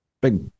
big